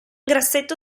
grassetto